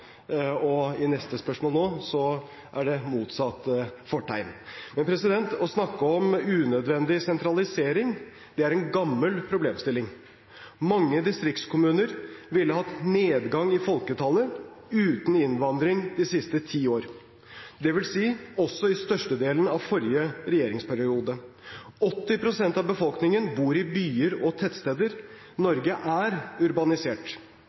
og arbeidsplasser ut av Oslo, og i dette spørsmålet er det motsatt fortegn. Å snakke om unødvendig sentralisering er en gammel problemstilling. Mange distriktskommuner ville hatt nedgang i folketallet uten innvandring de siste ti år, dvs. også i størstedelen av forrige regjeringsperiode. 80 pst. av befolkningen bor i byer og tettsteder. Norge er urbanisert.